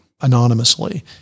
anonymously